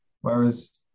whereas